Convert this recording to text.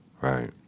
right